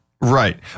Right